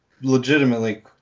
legitimately